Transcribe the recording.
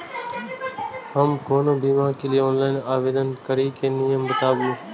हम कोनो बीमा के लिए ऑनलाइन आवेदन करीके नियम बाताबू?